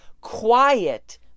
quiet